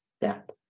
step